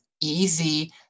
easy